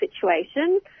situation